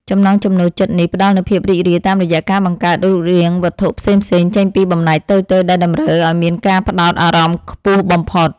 ចំណង់ចំណូលចិត្តនេះផ្ដល់នូវភាពរីករាយតាមរយៈការបង្កើតរូបរាងវត្ថុផ្សេងៗចេញពីបំណែកតូចៗដែលតម្រូវឱ្យមានការផ្ដោតអារម្មណ៍ខ្ពស់បំផុត។